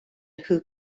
who